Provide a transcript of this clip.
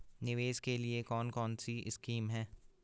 निवेश के लिए कौन कौनसी स्कीम हैं?